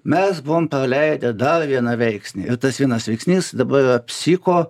mes buvom praleidę dar vieną veiksnį ir tas vienas veiksnys dabar yra psicho